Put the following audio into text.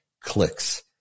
clicks